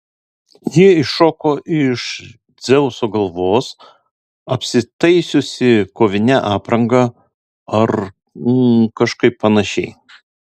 ji iššoko iš dzeuso galvos apsitaisiusi kovine apranga ar kažkaip panašiai